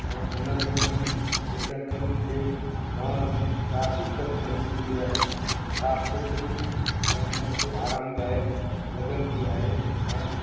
ऐं उन में उन्हनि पर्यटकनि खे रहण में दिक़त न ईंदी आहे ऐं साफ़ु सुथिरी ऐं उन खे आरामदायक लॻंदी आहे ऐं